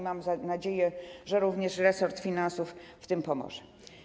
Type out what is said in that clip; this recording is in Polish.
Mam nadzieję, że również resort finansów w tym pomoże.